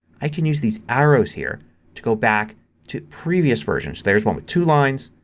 i can use these arrows here to go back to previous versions. there's one with two lines.